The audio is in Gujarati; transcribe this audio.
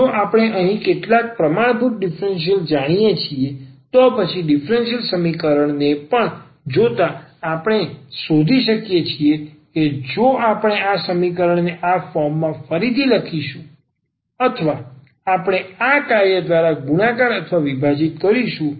જો આપણે અહીં કેટલાક પ્રમાણભૂત ડીફરન્સીયલ જાણીએ છીએ તો પછી ડીફરન્સીયલ સમીકરણ ને પણ જોતા આપણે શોધી શકીએ છીએ કે જો આપણે આ સમીકરણને આ ફોર્મમાં ફરીથી લખીશું અથવા આપણે આ કાર્ય દ્વારા ગુણાકાર અથવા વિભાજીત કરીશું